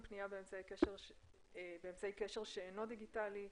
(פנייה באמצעי קשר שאינו דיגיטלי),